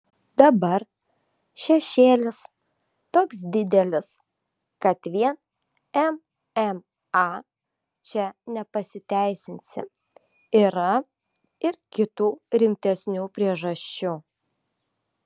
dabar šešėlis toks didelis kad vien mma čia nepasiteisinsi yra ir kitų rimtesnių priežasčių